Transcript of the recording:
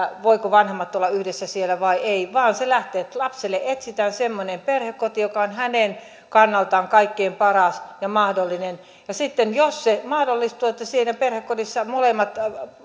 voivatko vanhemmat olla yhdessä siellä vai ei vaan se lähtee siitä että lapselle etsitään semmoinen perhekoti joka on hänen kannaltaan kaikkein paras ja mahdollinen ja sitten jos se mahdollistuu että siinä perhekodissa molemmat